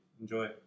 Enjoy